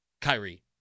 Kyrie